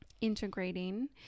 integrating